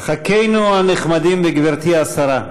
ח"כינו הנחמדים וגברתי השרה,